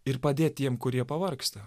ir padėt tiem kurie pavargsta